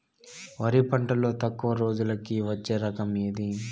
వరి పంటలో తక్కువ రోజులకి వచ్చే రకం ఏది?